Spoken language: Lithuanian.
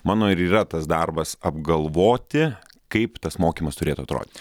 mano ir yra tas darbas apgalvoti kaip tas mokymas turėtų atrodyt